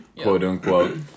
quote-unquote